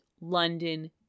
London